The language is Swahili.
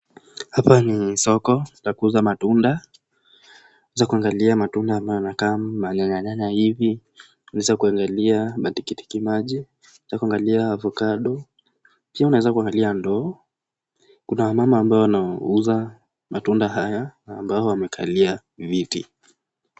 Hapa ni soko la kuuza matunda, waweza kuangalia matunda ambayo yanakaa manyanya nyanya hivi, unaweza kuangalia matikiti maji, unaweza kuangalia avokado, pia unaweza kuangalia ndoo, kuna wamama ambao wanauza matunda haya ambao wamekalia viti.